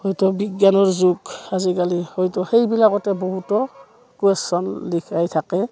হয়তো বিজ্ঞানৰ যুগ আজিকালি হয়তো সেইবিলাকতে বহুতো কুৱেশ্যন লিখাই থাকে